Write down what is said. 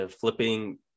flipping